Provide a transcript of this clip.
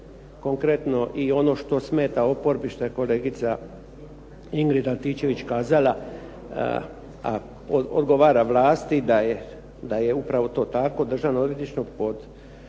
konkretno i ono što smeta oporbi što je kolegica Ingrid Antičević kazala a odgovara vlasti da je upravo to tako Državno odvjetništvo pod